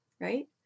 Right